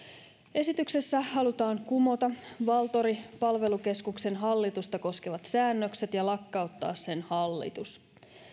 esityksessä halutaan kumota valtori palvelukeskuksen hallitusta koskevat säännökset ja lakkauttaa sen hallitus